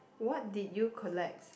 what did you collect